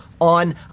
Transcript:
on